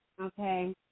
okay